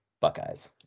Buckeyes